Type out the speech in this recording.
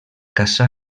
caça